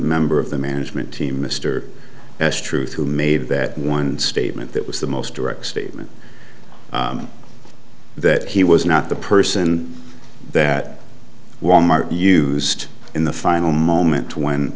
member of the management team mr s truth who made that one statement that was the most direct statement that he was not the person that wal mart used in the final moment when